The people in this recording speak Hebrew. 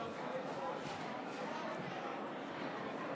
אז אדוני היושב-ראש,